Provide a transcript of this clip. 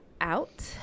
out